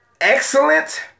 excellent